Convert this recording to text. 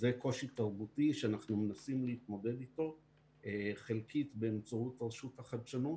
זה קושי תרבותי שאנחנו מנסים להתמודד איתו חלקית באמצעות רשות החדשנות.